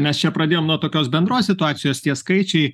mes čia pradėjom nuo tokios bendros situacijos tie skaičiai